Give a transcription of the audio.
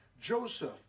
Joseph